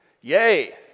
Yay